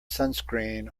sunscreen